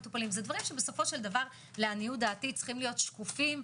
אלה דברים שצריכים להיות שקופים.